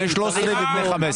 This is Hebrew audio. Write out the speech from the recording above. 13 ו-15.